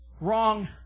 Wrong